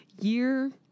year